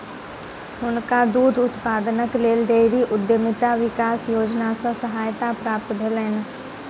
हुनका दूध उत्पादनक लेल डेयरी उद्यमिता विकास योजना सॅ सहायता प्राप्त भेलैन